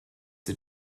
had